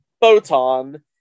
Photon